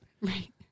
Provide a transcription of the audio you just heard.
Right